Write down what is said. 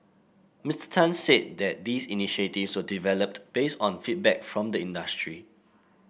Mister Tan said that these initiatives were developed based on feedback from the industry